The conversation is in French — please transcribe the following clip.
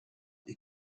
est